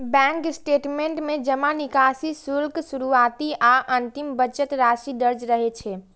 bank statement में जमा, निकासी, शुल्क, शुरुआती आ अंतिम बचत राशि दर्ज रहै छै